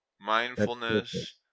Mindfulness